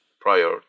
prior